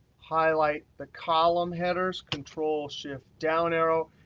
highlight the column headers, control-shift down arrow.